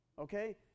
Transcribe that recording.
Okay